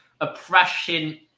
oppression